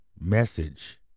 message